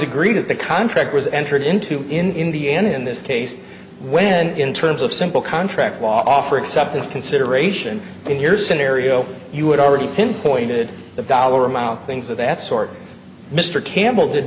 agree that the contract was entered into in the end in this case where in terms of simple contract offer except this consideration in your scenario you would already pinpointed the dollar amount things of that sort mr campbell did